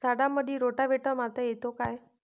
झाडामंदी रोटावेटर मारता येतो काय?